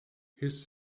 his